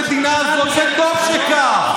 הגם שאתה כאן, בפרלמנט של המדינה הזאת, וטוב שכך.